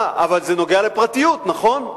אבל זה נוגע לפרטיות, נכון?